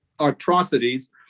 atrocities